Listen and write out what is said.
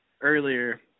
earlier